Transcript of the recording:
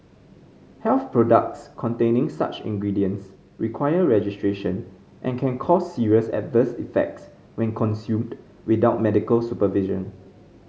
health products containing such ingredients require registration and can cause serious adverse effects when consumed without medical supervision